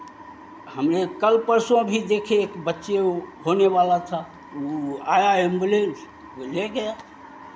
हमने कल परसों भी देखे एक बच्चे होने वाला था वो आया एम्बुलेंस वो ले गया